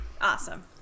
Awesome